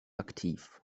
aktiv